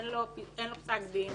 אין לו פסק דין,